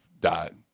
died